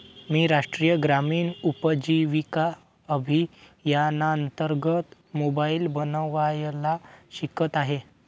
मी राष्ट्रीय ग्रामीण उपजीविका अभियानांतर्गत मोबाईल बनवायला शिकत आहे